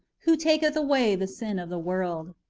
who taketh away the sin of the world.